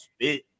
spit